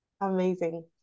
Amazing